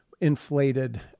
inflated